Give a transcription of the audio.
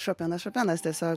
šopenas šopenas tiesa